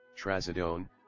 trazodone